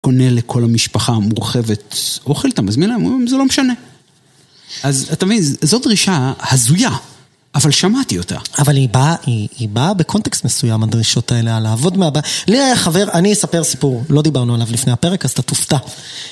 קונה לכל המשפחה המורחבת אוכל, אתה מזמין להם, הם אומרים זה לא משנה. אז אתה מבין, זאת דרישה הזויה, אבל שמעתי אותה. אבל היא באה, היא באה בקונטקסט מסוים, הדרישות האלה, על העבוד מה... נה, חבר, אני אספר סיפור, לא דיברנו עליו לפני הפרק, אז אתה תופתע.